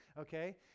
okay